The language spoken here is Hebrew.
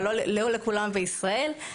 אבל לא לכולם בישראל,